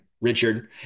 Richard